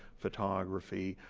photography,